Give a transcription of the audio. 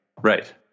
Right